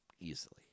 easily